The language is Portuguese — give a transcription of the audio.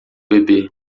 bebê